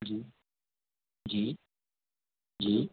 जी जी जी